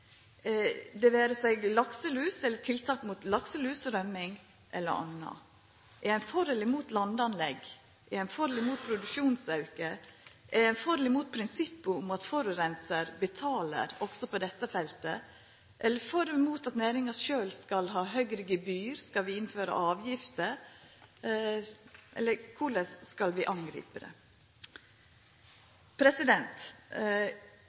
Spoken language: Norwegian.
det vera seg lakselus og tiltak mot lakselus og røming, eller anna. Er ein for eller mot landanlegg? Er ein for eller mot produksjonsauke? Er ein for eller mot prinsippet om at forureinar betalar, òg på dette feltet? Er ein for eller mot at næringa sjølv skal ha høgre gebyr, skal vi innføra avgifter, eller korleis skal vi